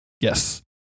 Yes